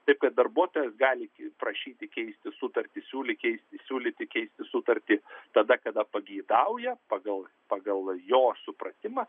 taip kad darbuotojas gali prašyti keisti sutartį siūly keisti siūlyti keisti sutartį tada kada pageidauja pagal pagal jo supratimą